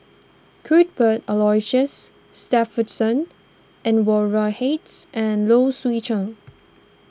Cuthbert Aloysius Shepherdson Anwarul Hate and Low Swee Chen